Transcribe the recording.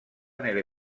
nelle